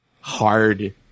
hard